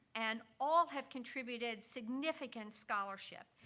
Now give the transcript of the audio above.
and all have contributed significant scholarship.